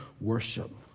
worship